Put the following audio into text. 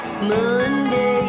Monday